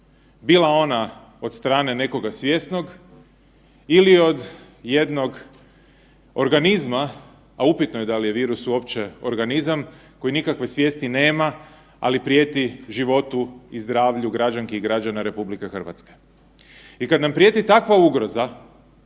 bila ona od strane nekoga svjesnog ili od jednog organizma, a upitno je da li je virus uopće organizam koji nikakve svijesti nema, ali prijeti životu i zdravlju građanki i građana RH. I kada nam prijeti takva ugroza